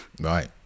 right